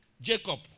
Jacob